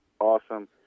awesome